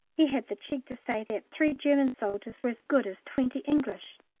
he had the cheek to say that three german soldiers were as good as twenty english,